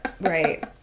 Right